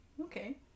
Okay